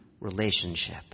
relationship